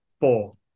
four